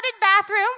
bathroom